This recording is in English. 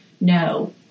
no